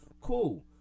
cool